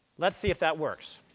let's see if that works.